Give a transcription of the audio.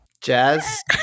Jazz